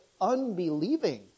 unbelieving